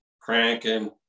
cranking